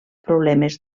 problemes